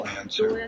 answer